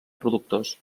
productors